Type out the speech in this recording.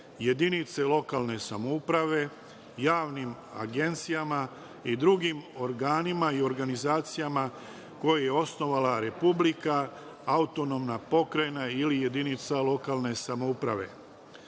jedinice lokalne samouprave, javnim agencijama i drugim organima i organizacijama koje je osnovala republika, AP ili jedinica lokalne samouprave. Rok